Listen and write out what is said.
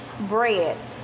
bread